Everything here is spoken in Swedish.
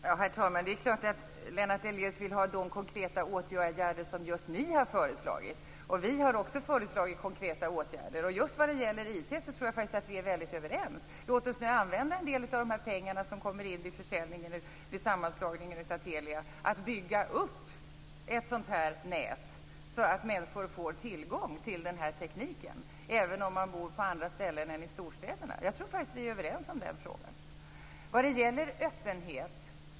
Herr talman! Det är klart att Lennart Daléus vill ha de konkreta åtgärder som just hans parti har föreslagit. Vi har också föreslagit konkreta åtgärder, och just vad gäller IT tror jag faktiskt att vi är väldigt överens. Låt oss nu använda en del av de pengar som kommer in vid försäljningen, eller sammanslagningen, av Telia till att bygga upp ett sådant här nät så att människor får tillgång till tekniken även om de bor på andra ställen än i storstäderna. Jag tror faktiskt att vi är överens i den frågan. Sedan gäller det öppenhet.